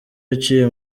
yaciye